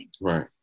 Right